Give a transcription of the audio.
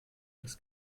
das